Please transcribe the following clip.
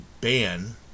ban